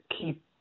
keep